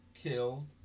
Killed